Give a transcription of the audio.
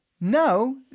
now